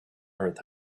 earth